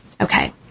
Okay